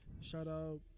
Shout-out